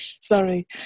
sorry